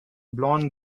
blonde